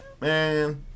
Man